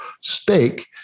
stake